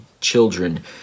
children